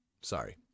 Sorry